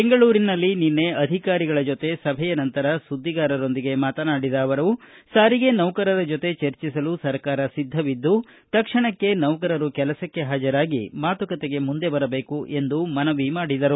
ಬೆಂಗಳೂರಿನಲ್ಲಿ ನಿನ್ನೆ ಅಧಿಕಾರಿಗಳ ಜೊತೆ ಸಭೆಯ ನಂತರ ಸುದ್ದಿಗಾರರೊಂದಿಗೆ ಮಾತನಾಡಿದ ಅವರು ಸಾರಿಗೆ ನೌಕರರ ಜೊತೆ ಚರ್ಚಿಸಲು ಸರ್ಕಾರ ಸಿದ್ಧವಿದ್ದು ತಕ್ಷಣಕ್ಕೆ ನೌಕರರು ಕೆಲಸಕ್ಕೆ ಹಾಜರಾಗಿ ಮಾತುಕತೆಗೆ ಮುಂದೆ ಬರಬೇಕು ಎಂದು ಮನವಿ ಮಾಡಿದರು